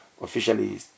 officially